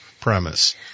premise